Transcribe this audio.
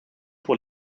pour